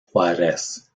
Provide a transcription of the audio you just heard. juárez